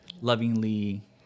lovingly